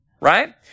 Right